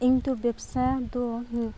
ᱤᱧᱫᱚ ᱵᱮᱵᱥᱟ ᱫᱚ